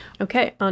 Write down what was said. Okay